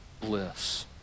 bliss